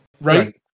Right